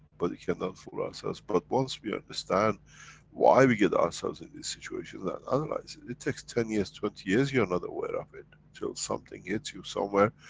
but we can not fool ourselves. but once we understand why we get ourselves in these situations and analyze it, it takes ten years, twenty years you are not aware of it. till something hits you somewhere,